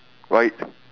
right